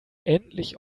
endlich